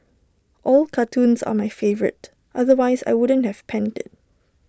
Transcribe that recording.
all cartoons are my favourite otherwise I wouldn't have penned IT